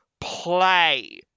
play